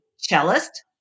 cellist